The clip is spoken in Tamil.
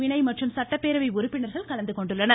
வினய் மற்றும் சட்டப்பேரவை உறுப்பினர்கள் கலந்துகொண்டுள்ளனர்